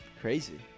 Crazy